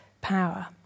power